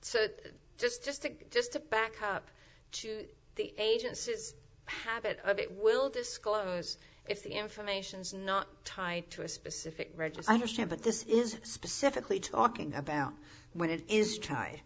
so just just to just to back up to the agency is habit of it will disclose if the information is not tied to a specific register understand but this is specifically talking about when it is try